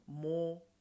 more